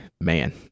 man